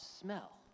smell